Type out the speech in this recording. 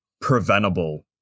preventable